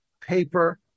paper